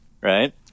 right